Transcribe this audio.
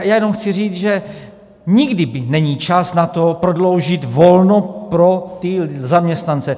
Jenom chci říct, že nikdy není čas na to, prodloužit volno pro zaměstnance.